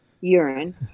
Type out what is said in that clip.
urine